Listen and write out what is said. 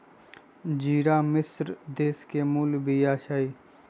ज़िरा मिश्र देश के मूल बिया हइ